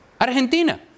Argentina